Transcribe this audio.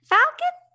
Falcon